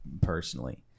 personally